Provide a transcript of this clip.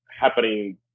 happening